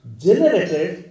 generated